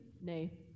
Nay